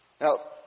Now